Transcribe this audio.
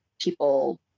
people